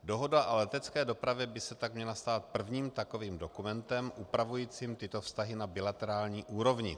Dohoda o letecké dopravě by se tak měla stát prvním takovým dokumentem upravujícím tyto vztahy na bilaterální úrovni.